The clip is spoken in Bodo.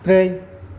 ब्रै